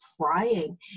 crying